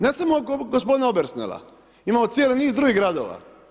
Ne samo gospodina Obersnela, imamo cijeli niz drugih gradova.